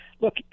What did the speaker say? look